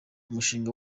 umushinga